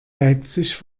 leipzig